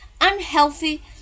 unhealthy